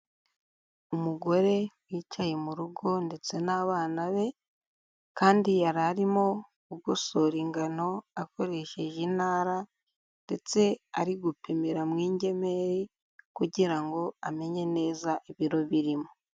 Umugore wicaye mu rugo ndetse n'abana be kandi yari arimo kugosura ingano akoresheje intara ndetse ari gupimira mu ingemeri kugira ngo amenye neza ibiro birimo.